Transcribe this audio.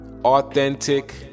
authentic